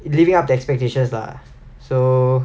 living up to expectations lah so